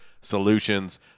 solutions